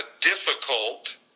difficult